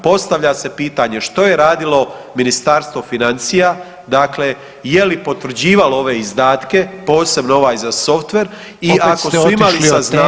Postavlja se pitanje što je radilo Ministarstvo financija dakle, je li potvrđivalo ove izdatke posebno ovaj za Softver i ako su imali saznanja